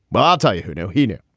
but i'll tell you who knew he knew.